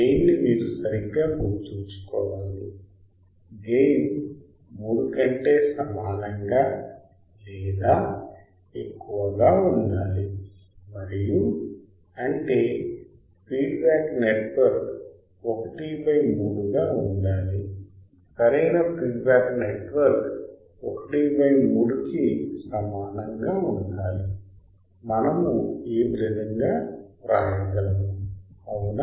gain ని మీరు సరిగ్గా గుర్తుంచుకోవాలి గెయిన్ 3 కంటే సమానంగా లేదా ఎక్కువగా ఉండాలి మరియు అంటే ఫీడ్బ్యాక్ నెట్వర్క్ 13 గా ఉండాలి సరైన ఫీడ్బ్యాక్ నెట్వర్క్ 13 కి సమానంగా ఉండాలి మనము ఈ విధముగా వ్రాయగలము అవునా